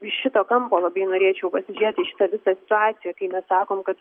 iš šito kampo labai norėčiau pasižiūrėt į šitą visą situaciją kai mes sakom kad